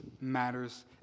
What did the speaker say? matters